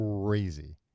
crazy